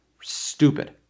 stupid